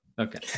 Okay